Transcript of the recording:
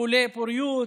טיפולי פוריות,